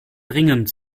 dringend